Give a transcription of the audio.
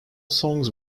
songs